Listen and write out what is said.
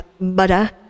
butter